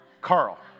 Carl